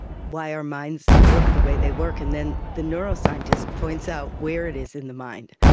why our minds work the way they work, and then the neuroscientist points out where it is in the mind,